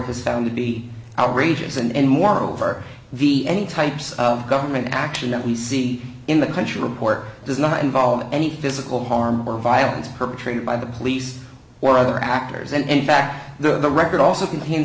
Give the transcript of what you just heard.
has found to be outrageous and moreover the any types of government action that we see in the country report does not involve any physical harm or violence perpetrated by the police or other actors and back the record also contains